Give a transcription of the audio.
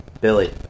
Billy